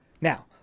Now